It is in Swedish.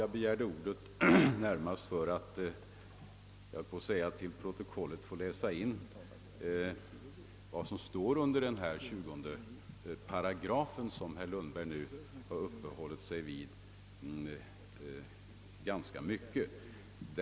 Jag begärde dock ordet närmast för att till protokollet få läsa in vad som står under 20 8 sjukvårdslagen, som herr Lundberg uppehållit sig ganska mycket vid.